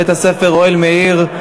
מבית-הספר "אוהל מאיר",